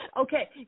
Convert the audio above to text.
Okay